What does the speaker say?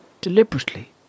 deliberately